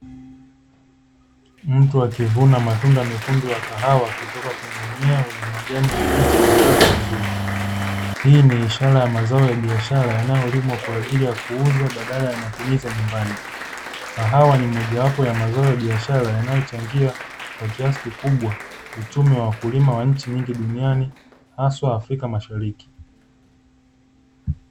Mtu akivuna matunda mekundu ya kahawa kutoka kwenye mmea wa majani mabichi yenye afya nzuri hii ni mfano wa mazao ya biashara kwa ajili ya kuuza badala ya matumizi ya nyumbani. Kahawa ni mojawapo ya mazao ya biashara yanayochangia kwa kiasi kikubwa uchumi wa wakulima wengi duniani hasa Afrika ya mashariki.